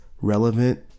relevant